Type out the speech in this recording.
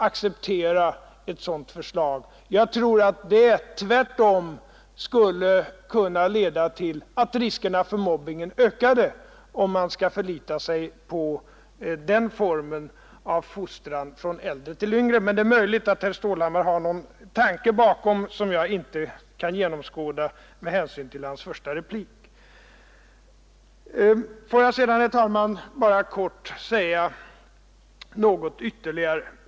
Om man skall förlita sig till den formen av fostran från äldre till yngre, tror jag att det tvärtom skulle leda till att riskerna för mobbning ökade. Men det är möjligt att herr Stålhammar har någon tanke bakom som jag inte med ledning av hans första replik kan genomskåda. Får jag sedan, herr talman, bara säga några få ord till.